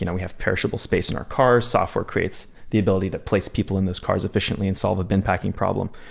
you know we have perishable space in our cars. software creates the ability to place people in those cars efficiently and solve a bin packing problem.